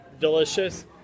Delicious